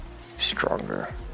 stronger